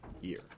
year